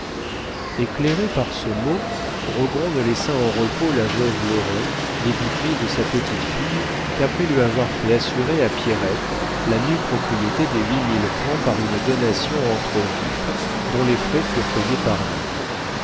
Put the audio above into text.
éclairé par ce mot rogron ne laissa en repos la veuve lorrain débitrice de sa petite-fille qu'après lui avoir fait assurer à pierrette la nue propriété des huit mille francs par une donation entre vifs dont les frais furent payés par lui